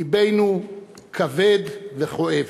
לבנו כבד וכואב.